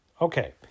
Okay